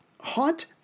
hot